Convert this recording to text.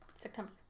September